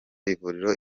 ivuriro